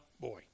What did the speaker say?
boy